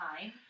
time